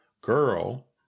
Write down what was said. girl